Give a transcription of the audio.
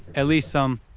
at least some,